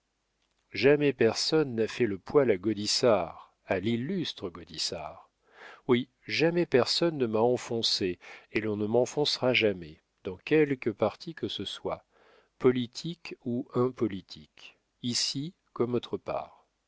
jamais personne n'a fait le poil à gaudissart à l'illustre gaudissart oui jamais personne ne m'a enfoncé et l'on ne m'enfoncera jamais dans quelque partie que ce soit politique ou impolitique ici comme autre part